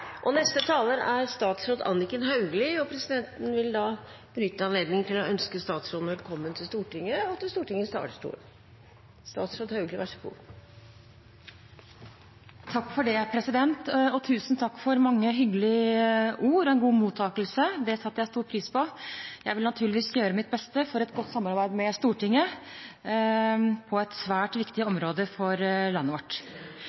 omme. Neste taler er statsråd Anniken Hauglie. Presidenten vil benytte anledningen til å ønske statsråden velkommen til Stortinget og til Stortingets talerstol. Takk for det, president. Og tusen takk for mange hyggelige ord og en god mottakelse – det setter jeg stor pris på. Jeg vil naturligvis gjøre mitt beste for et godt samarbeid med Stortinget på et svært viktig område for landet vårt.